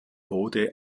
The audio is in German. bode